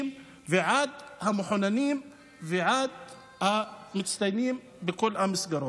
ועד המחוננים והמצטיינים בכל המסגרות.